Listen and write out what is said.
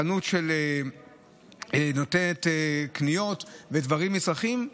חנות שמאפשרת קניות ומצרכים.